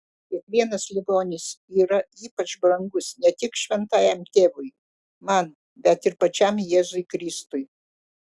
kiekvienas ligonis yra ypač brangus ne tik šventajam tėvui man bet ir pačiam jėzui kristui